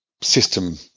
system